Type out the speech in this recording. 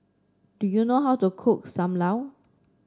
do you know how to cook Sam Lau